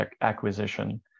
acquisition